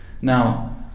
Now